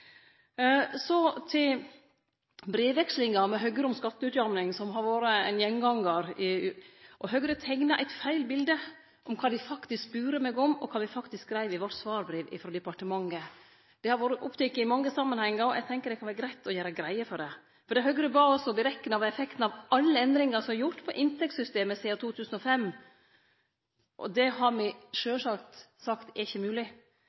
Så til brevvekslinga med Høgre om skatteutjamning, som har vore ein gjengangar. Høgre teiknar eit feil bilde av kva dei spurde meg om, og kva me skreiv i vårt svarbrev frå departementet. Det har vorte teke opp i mange samanhengar, og eg tenker at det kan vere greitt å gjere greie for det. Høgre bad oss om å berekne effekten av alle endringar som var gjorde i inntektssystemet sidan 2005. Det har me sjølvsagt sagt ikkje er mogleg, for det har vore mange endringar i utgiftsutjamninga. Det er heller ikkje